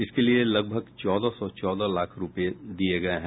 इसके लिए लगभग चौदह सौ चौदह लाख रूपये दिये गये हैं